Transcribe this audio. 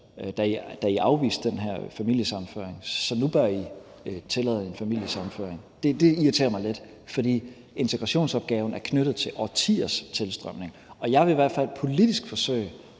da I afviste den her familiesammenføring, så nu bør I tillade en familiesammenføring. Det irriterer mig lidt, fordi integrationsopgaven er knyttet til årtiers tilstrømning. Jeg vil i hvert fald politisk forsøge